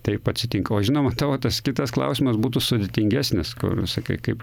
taip atsitinka o žinoma tavo tas kitas klausimas būtų sudėtingesnis kur nu sakai kaip